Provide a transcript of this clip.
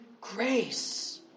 grace